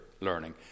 learning